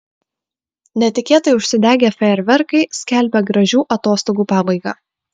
netikėtai užsidegę fejerverkai skelbia gražių atostogų pabaigą